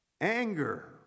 Anger